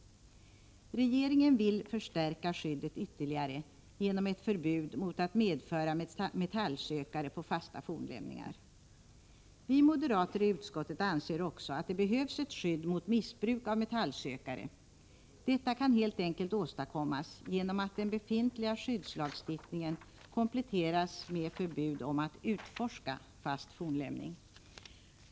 Regeringen vill förstärka skyddet ytterligare genom ett förbud mot att medföra metallsökare på fasta fornlämningar. Vi moderater i utskottet anser också att det behövs ett skydd mot missbruk av metallsökare. Detta kan enkelt åstadkommas genom att den befintliga skyddslagstiftningen kompletteras med förbud mot att utforska fast fornlämning.